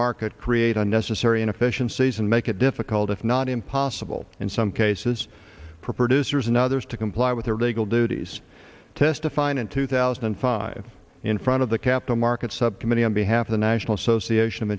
market create unnecessary inefficiencies and make it difficult if not impossible in some cases for producers and others to comply with their legal duties testifying in two thousand and five in front of the capital markets subcommittee on behalf of the national